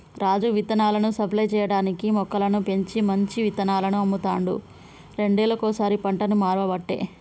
రాజు విత్తనాలను సప్లై చేయటానికీ మొక్కలను పెంచి మంచి విత్తనాలను అమ్ముతాండు రెండేళ్లకోసారి పంటను మార్వబట్టే